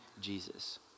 Jesus